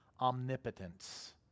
omnipotence